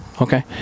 okay